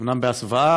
אומנם בהסוואה,